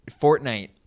Fortnite